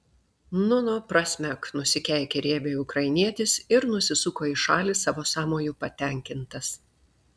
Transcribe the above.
nu nu prasmek nusikeikė riebiai ukrainietis ir nusisuko į šalį savo sąmoju patenkintas